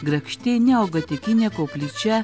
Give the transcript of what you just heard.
grakšti neogotikinė koplyčia